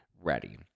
ready